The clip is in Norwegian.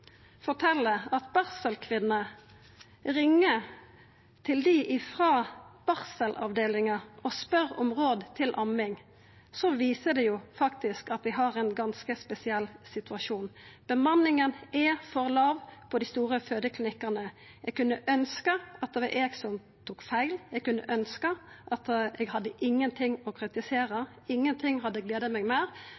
at barselkvinner ringer til dei frå barselavdelinga og spør om råd til amming, viser det at vi faktisk har ein ganske spesiell situasjon. Bemanninga er for låg på dei store fødeklinikkane. Eg kunne ønskt at det var eg som tok feil. Eg kunne ønskt at eg hadde ingenting å kritisera.